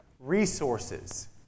Resources